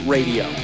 Radio